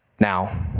Now